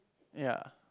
ya